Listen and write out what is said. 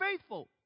faithful